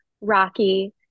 Rocky